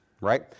right